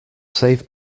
save